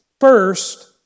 First